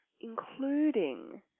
including